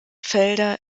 felder